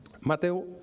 Mateo